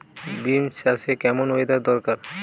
Beans চাষে কেমন weather দরকার?